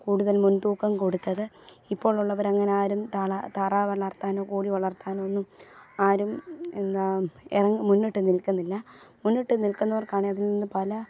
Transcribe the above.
കൂടുതൽ മുൻതൂക്കം കൊടുത്തത് ഇപ്പോൾ ഉള്ളവര് അങ്ങനെ ആരും താളാ താറാവ് വളർത്താനോ കോഴി വളർത്താനോ ഒന്നും ആരും എന്താ ഇറങ്ങി മുന്നിട്ട് നിൽക്കുന്നില്ല മുന്നിട്ട് നിൽക്കുന്നവർക്കാണ് അതിൽനിന്നും പല